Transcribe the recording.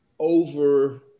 over